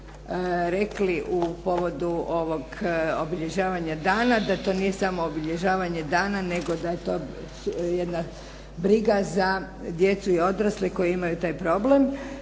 rekli u povodu ovog obilježavanja dana, da to nije samo obilježavanje dana, nego da je to jedna briga za djecu i odrasle koji imaju taj problem.